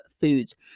foods